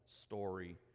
story